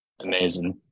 amazing